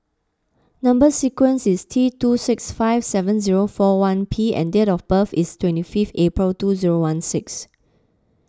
Number Sequence is T two six five seven zero four one P and date of birth is twenty fifth April two zero one six